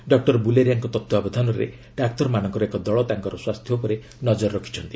doctor ବୁଲେରିଆଙ୍କ ତତ୍ତ୍ୱାବଧାନରେ ଡାକ୍ତରମାନଙ୍କର ଏକ ଦଳ ତାଙ୍କର ସ୍ୱାସ୍ଥ୍ୟ ଉପରେ ନଜର ରଖିଛନ୍ତି